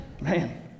Man